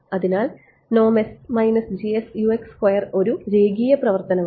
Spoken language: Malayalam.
അതിനാൽ ഒരു രേഖീയ പ്രവർത്തനമാണ്